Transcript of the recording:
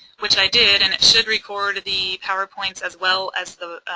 which i did and it should record the powerpoints as well as the,